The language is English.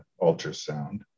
ultrasound